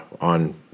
on